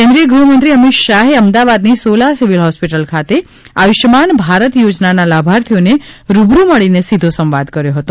કેન્દ્રિય ગૃહમંત્રી અમિત શાહે અમદાવાદની સોલા સિવિલ હોસ્પિટલ ખાતે આયુષમાન ભારત યોજનાના લાભાર્થીઓને રૂબરૂ મળીને સીધો સંવાદ કર્યો હતો